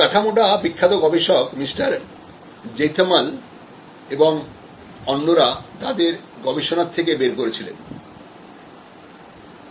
এই কাঠামোটা বিখ্যাত গবেষক মিস্টার Zeithaml এবং অন্যরা তাদের গবেষণা থেকে বের করেছিলেন